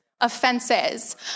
offenses